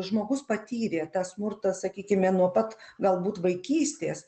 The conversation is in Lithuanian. žmogus patyrė tą smurtą sakykime nuo pat galbūt vaikystės